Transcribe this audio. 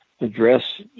address